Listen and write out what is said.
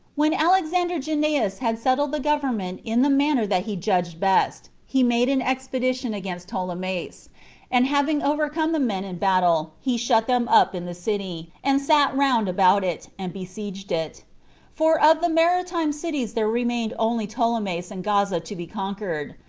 when alexander janneus had settled the government in the manner that he judged best, he made an expedition against ptolemais and having overcome the men in battle, he shut them up in the city, and sat round about it, and besieged it for of the maritime cities there remained only ptolemais and gaza to be conquered,